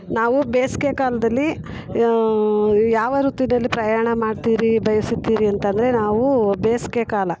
ನಾವು ಬೇಸ್ಗೆ ಕಾಲದಲ್ಲಿ ಯಾವ ಋತುವಿನಲ್ಲಿ ಪ್ರಯಾಣ ಮಾಡ್ತೀರಿ ಬಯಸುತ್ತೀರಿ ಅಂತ ಅಂದ್ರೆ ನಾವೂ ಬೇಸ್ಗೆ ಕಾಲ